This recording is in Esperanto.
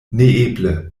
neeble